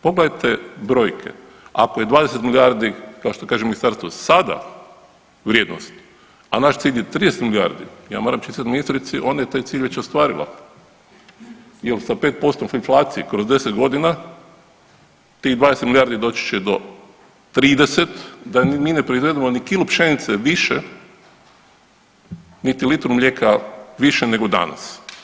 Pogledajte brojke, a prije 20 milijardi, kao što kaže Ministarstvo sada vrijednost, a naš cilj je 30 milijardi, ja moram čestitati ministrici, ona je taj cilj već ostvarila jer sa 5% inflacije kroz 10 godina tih 20 milijardi doći će do 30, da mi ne proizvedemo ni kilu pšenice više niti litru mlijeka više nego danas.